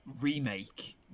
remake